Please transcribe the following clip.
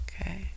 okay